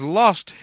lost